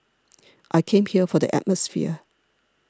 I came here for the atmosphere